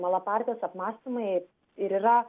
ir malapartės apmąstymai ir yra